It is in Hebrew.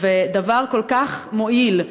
ודבר כל כך מועיל,